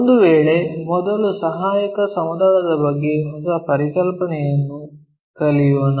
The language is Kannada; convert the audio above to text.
ಒಂದು ವೇಳೆ ಮೊದಲು ಸಹಾಯಕ ಸಮತಲದ ಬಗ್ಗೆ ಹೊಸ ಪರಿಕಲ್ಪನೆಯನ್ನು ಕಲಿಯೋಣ